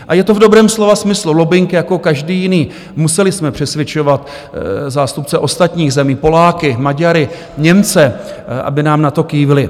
A je to v dobrém slova smyslu lobbing jako každý jiný, museli jsme přesvědčovat zástupce ostatních zemí, Poláky, Maďary, Němce, aby nám na to kývli.